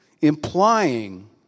implying